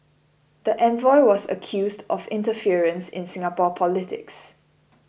the envoy was accused of interference in Singapore politics